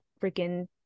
freaking